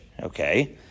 Okay